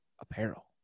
apparel